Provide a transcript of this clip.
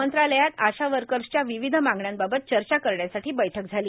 मंत्रालयात आशा वर्कर्सच्या विविध मागण्यांबाबत चर्चा करण्यासाठी बैठक झाली